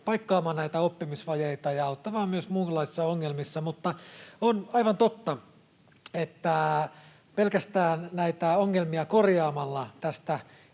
paikkaamaan näitä oppimisvajeita ja auttamaan myös muunlaisissa ongelmissa. Mutta on aivan totta, että pelkästään näitä ongelmia korjaamalla tästä